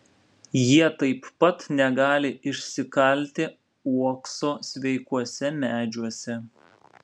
jie taip pat negali išsikalti uokso sveikuose medžiuose